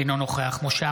אינו נוכח משה